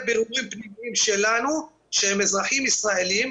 בירורים פנימיים שלנו שהם אזרחים ישראלים,